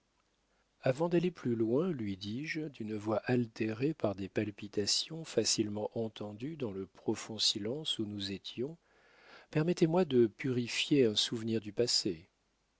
avant d'aller plus loin lui dis-je d'une voix altérée par des palpitations facilement entendues dans le profond silence où nous étions permettez-moi de purifier un souvenir du passé